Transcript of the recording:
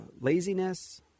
laziness